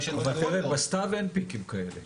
בסתיו אין פיקים כאלה.